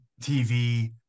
TV